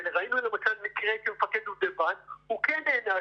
וראינו למשל מקרה של מפקד דובדבן שהוא כן נענש,